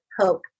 hope